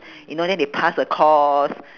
you know then they pass a course